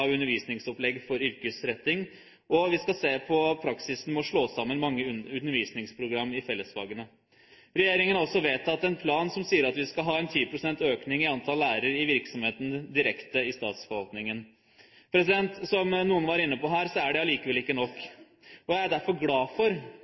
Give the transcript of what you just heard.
av undervisningsopplegg for yrkesretting, og vi skal se på praksisen med å slå sammen mange undervisningsprogram i fellesfagene. Regjeringen har også vedtatt en plan som sier at vi skal ha 10 pst. økning i antall lærlinger i virksomheter direkte under statsforvaltningen. Som noen var inne på her, er det likevel ikke nok.